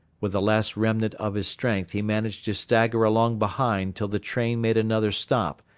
with the last remnant of his strength he managed to stagger along behind till the train made another stop,